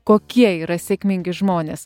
kokie yra sėkmingi žmonės